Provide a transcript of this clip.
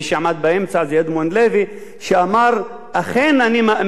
שאמר: אכן אני מאמין שהחוק הזה איננו חוקתי,